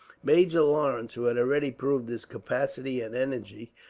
major lawrence, who had already proved his capacity and energy,